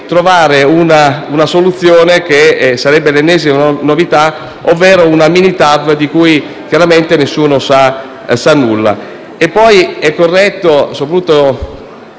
trovare una soluzione che sarebbe l'ennesima novità, ovvero una mini TAV di cui chiaramente nessuno sa nulla.